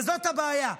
וזאת הבעיה.